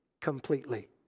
completely